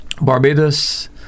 Barbados